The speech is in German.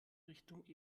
richtung